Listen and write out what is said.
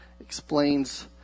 Explains